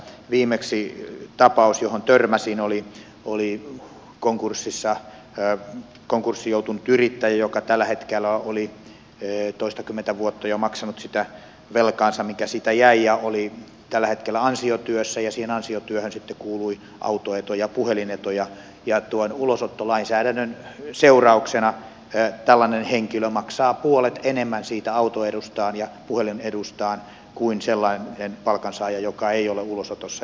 viimeisin tapaus johon törmäsin oli konkurssiin joutunut yrittäjä joka oli toistakymmentä vuotta jo maksanut sitä velkaansa mikä siitä jäi ja oli tällä hetkellä ansiotyössä ja siihen ansiotyöhön sitten kuului autoetu ja puhelinetu ja tuon ulosottolainsäädännön seurauksena tällainen henkilö maksaa puolet enemmän siitä autoedustaan ja puhelinedustaan kuin sellainen palkansaaja joka ei ole ulosotossa